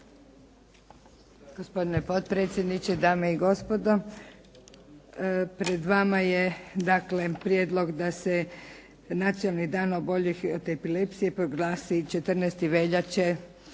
Gospodine potpredsjedniče, dame i gospodo. Pred vama je dakle prijedlog da se Nacionalni dan oboljelih od epilepsije proglasi 14. veljače,